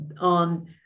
on